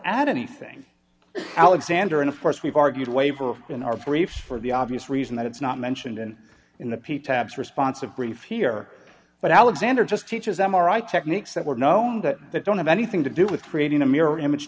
add anything alexander and of course we've argued waver in our brief for the obvious reason that it's not mentioned in in the p tabs response of grief here but alexander just teaches m r i techniques that were known that don't have anything to do with creating a mirror image